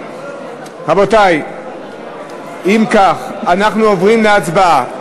רבותי, אם כך, אנחנו עוברים להצבעה.